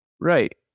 right